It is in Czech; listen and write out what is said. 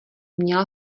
měla